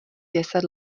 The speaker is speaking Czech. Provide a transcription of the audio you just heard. deset